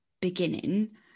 beginning